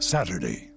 Saturday